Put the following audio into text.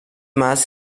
más